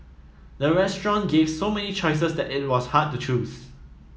the restaurant gave so many choices that it was hard to choose